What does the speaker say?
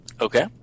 okay